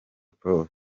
prof